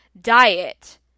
diet